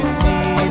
see